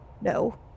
No